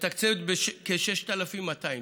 מתקצבת בכ-6,200 ש"ח.